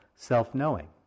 self-knowing